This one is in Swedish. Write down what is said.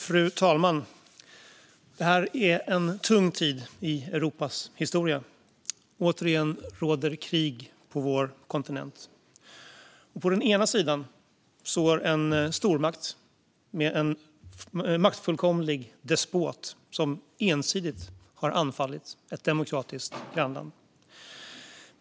Fru talman! Det här är en tung tid i Europas historia. Återigen råder krig på vår kontinent. På den ena sidan står en stormakt med en maktfullkomlig despot som ensidigt har anfallit ett demokratiskt grannland.